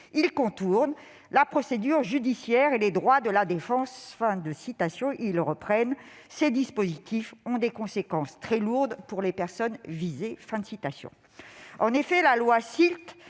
contournent la procédure judiciaire et les droits de la défense ». Et d'ajouter :« ces dispositifs ont des conséquences très lourdes pour les personnes visées ». En effet, la loi SILT